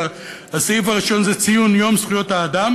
שהסעיף הראשון זה ציון יום זכויות האדם